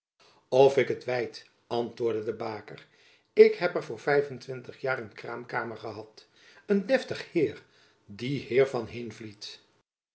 of ik het weit antwoordde de baker ik heb er voor vijf-en-twintig jaar een kraamkamer gehad een deftig heir die heir van heinvliet